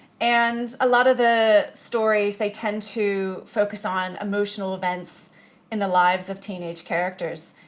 and a lot of the stories, they tend to focus on emotional events in the lives of teenage characters,